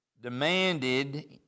demanded